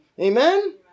Amen